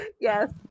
Yes